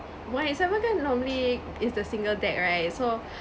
one eight seven kan normally is the single deck right so